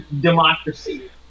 democracy